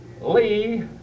Lee